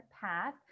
path